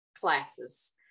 classes